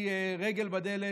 רגל בדלת.